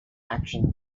action